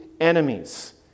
enemies